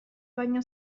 baino